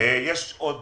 עוד